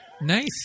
Nice